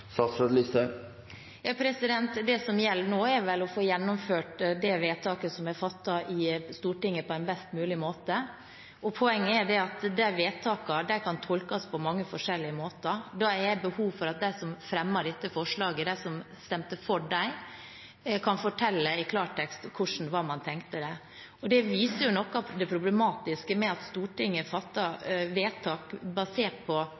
Det som gjelder nå, er vel å få gjennomført det vedtaket som er fattet i Stortinget på en best mulig måte. Poenget er at vedtakene kan tolkes på mange forskjellige måter. Da har jeg behov for at de som fremmet dette forslaget, de som stemte for det, kan fortelle i klartekst hvordan man tenkte det. Det viser noe av det problematiske med at Stortinget